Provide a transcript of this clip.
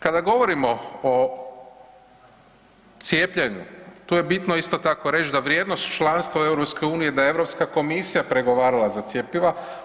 Kada govorimo o cijepljenju tu je bitno isto tako reći da vrijednost članstva u EU, da je Europska komisija pregovarala za cjepiva.